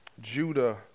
Judah